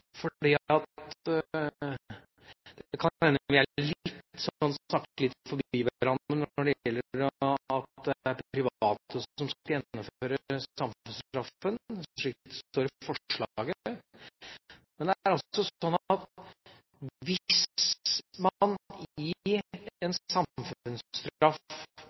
fordi det kan hende vi snakker litt forbi hverandre når det gjelder at det er private som skal gjennomføre samfunnsstraffen, slik det står i forslaget. Men det er sånn at hvis man i en